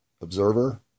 observer